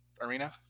arena